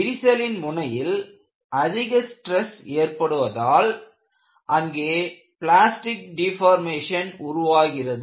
விரிசலின் முனையில் அதிக ஸ்ட்ரெஸ் ஏற்படுவதால் அங்கே பிளாஸ்டிக் டெபார்மேஷன் உருவாகிறது